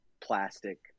plastic